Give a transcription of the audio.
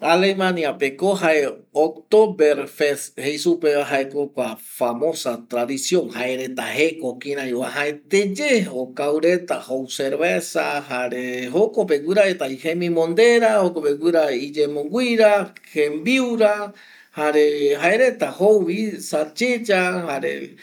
Alemania pe ko jae october fest jei supe jae jokua famosa tradición jaereta jeko kirei uajaete ye okau reta jou cerveza jare jokpe vi gura reta jemimonde ra jare jokpe gura vi iyemongüira jembiu ra jare jaereta jou vi salchicha jare